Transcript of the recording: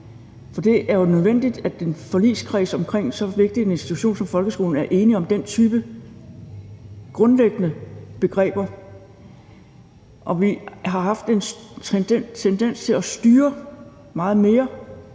For det er jo nødvendigt, at man i en forligskreds omkring så vigtig en institution som folkeskolen er enige om den type grundlæggende begreber. Vi har haft en tendens til at styre meget mere,